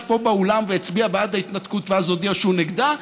פה באולם והצביע בעד ההתנתקות ואז הודיע שהוא נגדה,